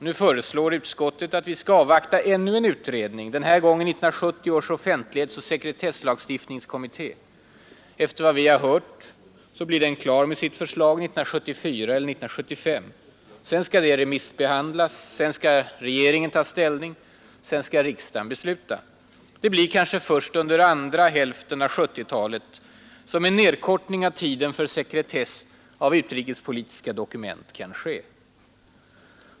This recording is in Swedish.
Nu föreslår utskottet att vi skall avvakta ännu en utredning, den här gången 1970 års offentlighetsoch sekretesslagstiftningskommitté. Efter vad vi har hört blir den klar med sitt förslag 1974 eller 1975. Sedan skall det remissbehandlas, sedan skall regeringen ta ställning, sedan skall riksdagen besluta. Det blir kanske först under andra hälften av 1970-talet som en nedkortning av tiden för sekretess av utrikespolitiska dokument kan ske.